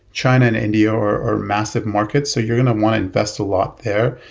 china and india are massive markets. so you're going to want to invest a lot there.